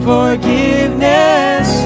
Forgiveness